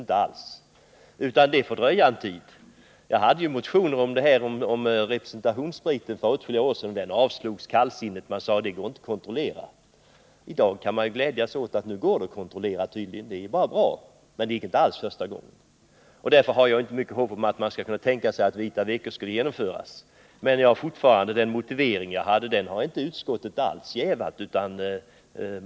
Det får lov att dröja en tid innan en nyhet accepteras. Jag väckte en motion om representationsspriten för åtskilliga år sedan, men den avslogs kallsinnigt — man sade att det inte går att kontrollera. I dag kan man glädja sig åt att det nu tydligen går att kontrollera — det är bara bra — men det gick inte alls första gången. Därför har jag inte mycket hopp om att vita veckor skall genomföras. Men min motivering har utskottet inte alls jävat.